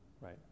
right